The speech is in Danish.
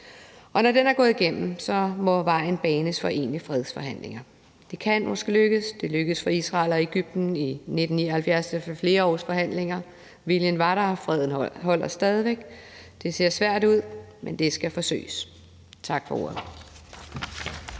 og når det er gået igennem, må vejen banes for egentlige fredsforhandlinger, og det kan måske lykkes. Det lykkedes for Israel og Egypten i 1979 efter flere års forhandlinger, viljen var der, og freden holder stadig væk, det ser svært ud, men det skal forsøges. Tak for ordet.